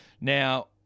Now